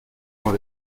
dans